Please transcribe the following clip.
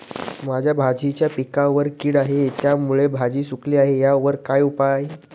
माझ्या भाजीच्या पिकावर कीड आहे त्यामुळे भाजी सुकली आहे यावर काय उपाय?